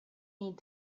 need